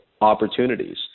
opportunities